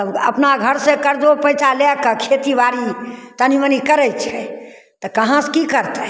तब ओ अपना घरसे करजो पैँचा लैके खेतीबाड़ी तनि मनि करै छै तऽ कहाँसे कि करतै